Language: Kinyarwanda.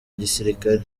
gisirikare